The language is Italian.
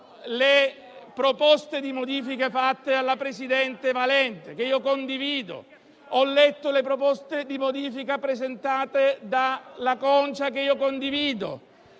le proposte di modifica avanzate dalla presidente Valente, che condivido. Ho letto le proposte di modifica presentate dall'onorevole Concia, che condivido.